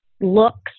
looks